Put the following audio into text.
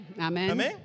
amen